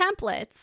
templates